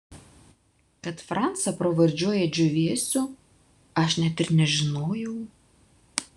kad francą pravardžiuoja džiūvėsiu aš net ir nežinojau